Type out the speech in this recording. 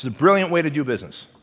brilliant way to do business.